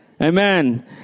Amen